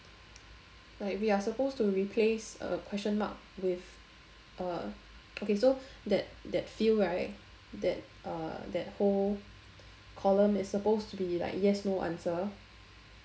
like we are supposed to replace a question mark with uh okay so that that few right that uh that whole column is supposed to be like yes no answer